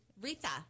Retha